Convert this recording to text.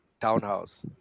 townhouse